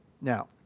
Now